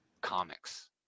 comics